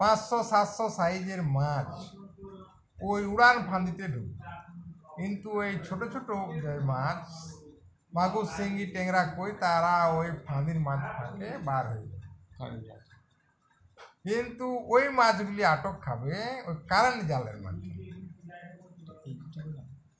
পাঁচশো সাতশো সাইজের মাছ ওই উড়ান ফাঁদিতে ঢুকবে কিন্তু এই ছোটো ছোটো গে মাছ মাগুর শিঙ্গি ট্যাংরা কই তারা ওই ফাঁদির মাঝ থেকে বার হয়ে যাবে কিন্তু ওই মাছগুলি আটক খাবে ওই কারেন্ট জালের মধ্যি